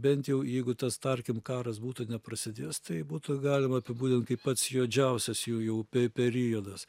bent jau jeigu tas tarkim karas būtų neprasidėjęs tai būtų galima apibūdint kaip pats juodžiausias jų jau pe periodas